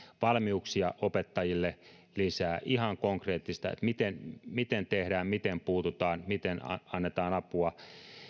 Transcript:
valmiuksia opettajille lisää ihan konkreettista miten miten tehdään miten puututaan miten annetaan apua